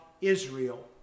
Israel